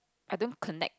I don't connect